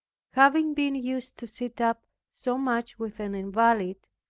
having been used to sit up so much with an invalid,